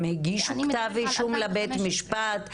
הם הגישו כתב אישום לבית המשפט,